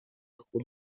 خود